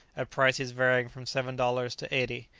at prices varying from seven dollars to eighty,